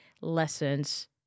lessons